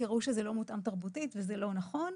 כי ראו שזה לא מותאם תרבותית וזה לא נכון,